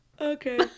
Okay